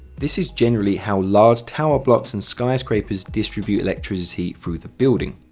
this is generally how large tower blocks and skyscrapers distribute electricity through the building.